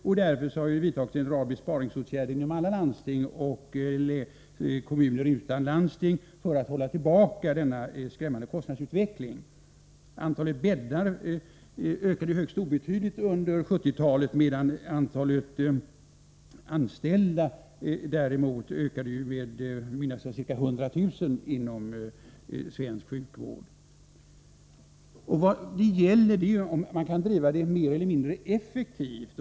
Vi har därför vidtagit en rad besparingsåtgärder inom alla landsting och kommuner utan landsting för att hålla tillbaka den skrämmande kostnadsutvecklingen. anställda inom svensk sjukvård ökade med ca 100 000. Vad det gäller är att driva saker och ting mer eller mindre effektivt.